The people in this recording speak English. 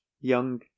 young